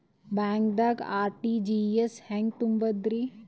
ಬ್ಯಾಂಕ್ದಾಗ ಆರ್.ಟಿ.ಜಿ.ಎಸ್ ಹೆಂಗ್ ತುಂಬಧ್ರಿ?